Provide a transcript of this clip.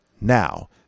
now